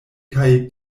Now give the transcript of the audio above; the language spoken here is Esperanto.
kaj